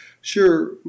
Sure